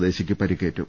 സ്വദേശിക്ക് പരിക്കേറ്റു